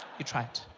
you tried. it